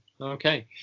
okay